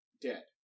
dead